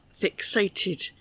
fixated